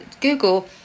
Google